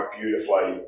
beautifully